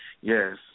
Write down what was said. Yes